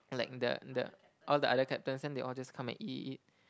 like the the all the other captains then they all just come and eat eat eat